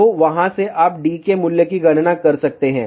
तो वहाँ से आप d के मूल्य की गणना कर सकते हैं